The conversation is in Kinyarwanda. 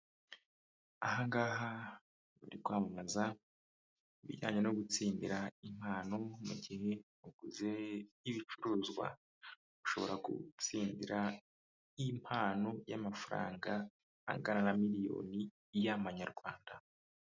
Aha ngaha bari kwamamaza ibijyanye no gutsindira impano, mu gihe uguze ibicuruzwa. Ushobora gutsindira impano y'amafaranga angana na miliyoni y'amanyarwanda.